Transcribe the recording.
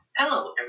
Hello